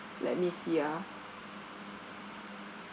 let me see ah